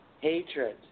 Hatred